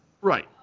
Right